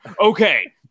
Okay